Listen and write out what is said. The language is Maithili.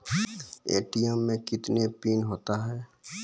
ए.टी.एम मे कितने पिन होता हैं?